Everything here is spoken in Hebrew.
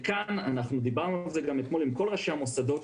אנחנו דיברנו על זה גם אתמול עם כל ראשי המוסדות.